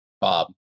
Bob